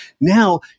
Now